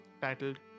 titled